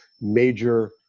major